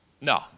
No